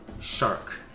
shark